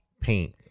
Paint